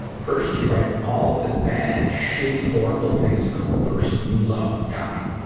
first, you write all the bad, shitty, horrible things about the person you love dying.